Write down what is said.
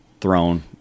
thrown